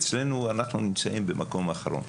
אנחנו נמצאים במקום אחרון.